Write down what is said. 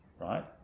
right